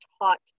taught